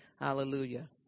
Hallelujah